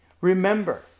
Remember